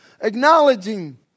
Acknowledging